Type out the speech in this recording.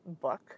book